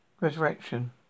resurrection